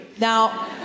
Now